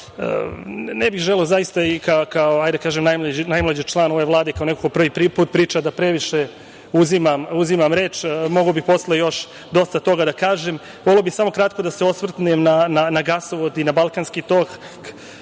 bih želeo zaista i kao, da kažem, najmlađi član ove Vlade i kao neko ko prvi put priča, da previše uzimam reč, mogao bih posle još dosta toga da kažem. Voleo bih samo kratko da se osvrnem na gasovod i na Balkanski tok,